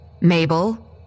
Mabel